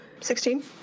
16